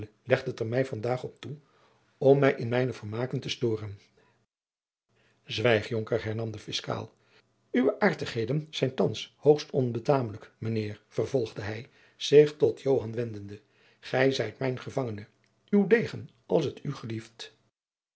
het er vandaag op toe om mij in mijne vermaken te storen zwijg jonker hernam de fiscaal uwe jacob van lennep de pleegzoon aartigheden zijn thands hoogst onbetamelijk mijnheer vervolgde hij zich tot joan wendende gij zijt mijn gevangene uw degen als t u gelieft